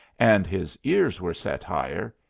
and his ears were set higher,